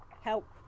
Help